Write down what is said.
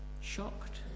Shocked